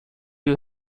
you